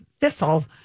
thistle